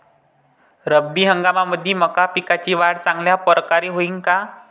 रब्बी हंगामामंदी मका पिकाची वाढ चांगल्या परकारे होईन का?